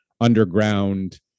underground